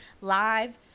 live